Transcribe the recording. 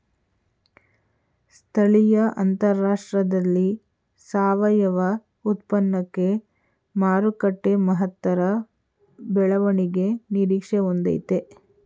ಸ್ಥಳೀಯ ಅಂತಾರಾಷ್ಟ್ರದಲ್ಲಿ ಸಾವಯವ ಉತ್ಪನ್ನಕ್ಕೆ ಮಾರುಕಟ್ಟೆ ಮಹತ್ತರ ಬೆಳವಣಿಗೆ ನಿರೀಕ್ಷೆ ಹೊಂದಯ್ತೆ